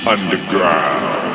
Underground